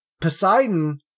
Poseidon